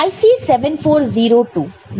तो IC 7402 NOR gate IC है